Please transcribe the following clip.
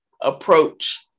approach